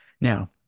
Now